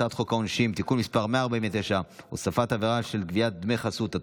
הצעת חוק העונשין (תיקון מס' 149) (הוספת עבירה של גביית דמי חסות),